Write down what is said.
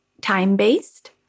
time-based